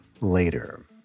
later